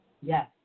Yes